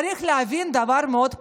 צריך להבין דבר מאוד פשוט: